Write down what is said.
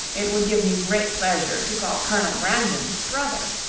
it would give me great pleasure to call colonel brandon brother.